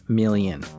million